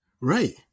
Right